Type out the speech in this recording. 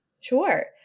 Sure